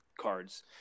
cards